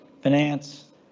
finance